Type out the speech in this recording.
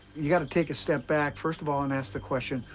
you got to take a step back, first of all, and ask the question,